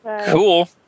Cool